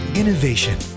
innovation